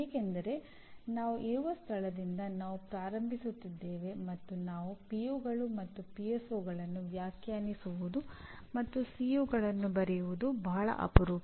ಏಕೆಂದರೆ ನಾವು ಇರುವ ಸ್ಥಳದಿಂದ ನಾವು ಪ್ರಾರಂಭಿಸುತ್ತಿದ್ದೇವೆ ಮತ್ತು ನಾವು ಪಿಒಗಳು ಬರೆಯುವುದು ಬಹಳ ಅಪರೂಪ